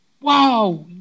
wow